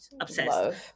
obsessed